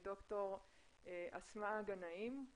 ד"ר אסמאא גנאים,